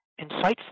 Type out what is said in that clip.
insightful